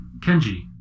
Kenji